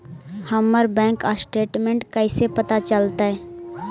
हमर bank statement कैसे पता चलतै?